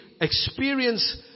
experience